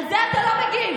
על זה אתה לא מגיב.